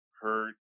hurt